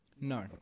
No